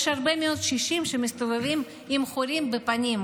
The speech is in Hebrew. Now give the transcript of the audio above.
יש הרבה מאוד קשישים שמסתובבים עם חורים בפנים.